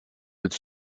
its